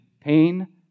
pain